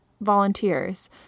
volunteers